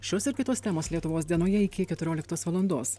šios ir kitos temos lietuvos dienoje iki keturioliktos valandos